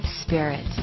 spirit